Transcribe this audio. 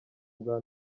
bwa